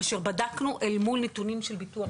כאשר בדקנו אל מול נתונים של ביטוח